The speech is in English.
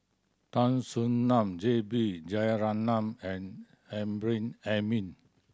Tan Soo Nan J B Jeyaretnam and Amrin Amin